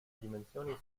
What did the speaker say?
dimensioni